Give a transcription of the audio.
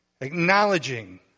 acknowledging